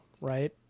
right